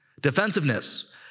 Defensiveness